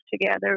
together